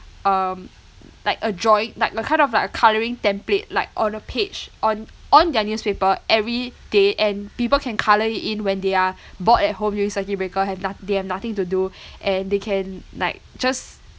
um like a drawing like a kind of like a colouring template like on a page on on their newspaper every day and people can colour it in when they are bored at home during circuit breaker have noth~ they have nothing to do and they can like just